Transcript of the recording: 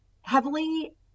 heavily